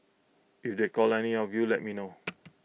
if they call any of you let me know